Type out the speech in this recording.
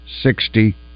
sixty